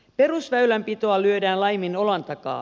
perusväylänpitoa lyödään laimin olan takaa